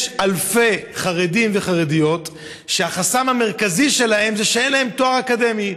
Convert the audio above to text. יש אלפי חרדים וחרדיות שהחסם המרכזי שלהם זה שאין להם תואר אקדמי.